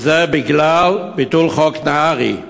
וזה בגלל ביטול חוק נהרי.